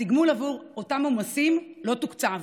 התגמול עבור אותם עומסים לא תוקצב,